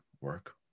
work